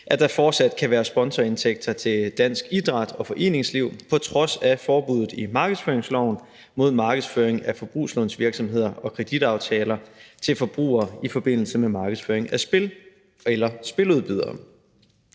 at der fortsat kan være sponsorindtægter til dansk idræts- og foreningsliv på trods af forbuddet i markedsføringsloven mod markedsføring af forbrugslånsvirksomheder og kreditaftaler til forbrugere i forbindelse med markedsføring af spil eller spiludbydere.